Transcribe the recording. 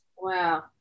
wow